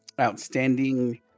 outstanding